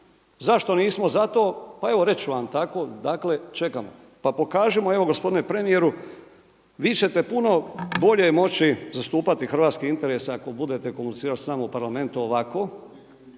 Zašto nismo za to? Pa evo reći ću vam tako, dakle čekamo. Pa pokažimo, evo gospodine premijeru vi ćete puno bolje moći zastupati hrvatske interese ako budete komunicirali s nama u Parlamentu ovako